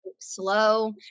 slow